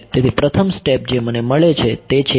તેથી પ્રથમ સ્ટેપ જે મને મળે છે તે છે 1